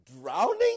Drowning